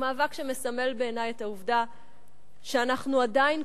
הוא מאבק שמסמל בעיני את העובדה שאנחנו עדיין